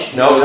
no